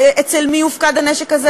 אצל מי יופקד הנשק הזה,